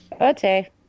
Okay